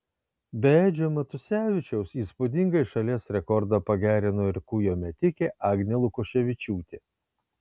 be edžio matusevičiaus įspūdingai šalies rekordą pagerino ir kūjo metikė agnė lukoševičiūtė